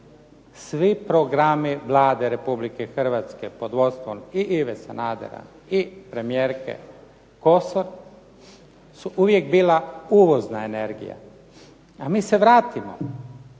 Svi programi Vlade Republike Hrvatske pod vodstvom i Ive Sanadera i premijerke Kosor su uvijek bila uvozna energija, a mi se vratimo